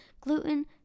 gluten